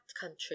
country